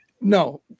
no